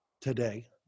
today